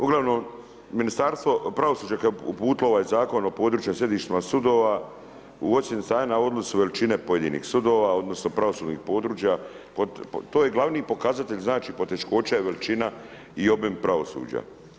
Uglavnom, ministarstvo pravosuđa koje je uputilo ovaj Zakon o područjima sjedišta sudova, u ocjeni stanja na odnosu veličine pojedinih sudova odnosno pravosudnih područja, to je glavni pokazatelj, znači poteškoća i veličina i obim pravosuđa.